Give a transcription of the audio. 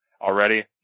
already